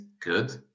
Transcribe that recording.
good